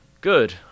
good